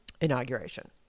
inauguration